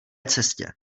cestě